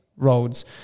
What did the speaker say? Roads